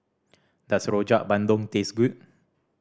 does Rojak Bandung taste good